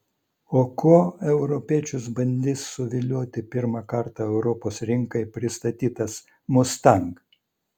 o kuo europiečius bandys suvilioti pirmą kartą europos rinkai pristatytas mustang